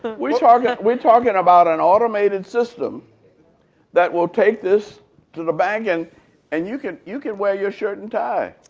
we're talking we're talking about an automated system that will take this to the bank. and and you can you can wear your shirt and tie.